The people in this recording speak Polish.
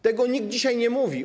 Tego nikt dzisiaj nie mówi.